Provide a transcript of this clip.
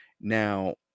now